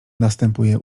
następuje